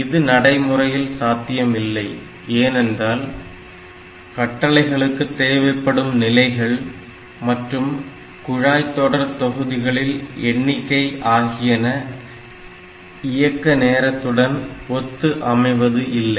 இது நடைமுறையில் சாத்தியம் இல்லை ஏனென்றால் கட்டளைகளுக்கு தேவைப்படும் நிலைகள் மற்றும் குழாய்தொடர்தொகுதிகளில் எண்ணிக்கை ஆகியன இயக்க நேரத்துடன் ஒத்து அமைவது இல்லை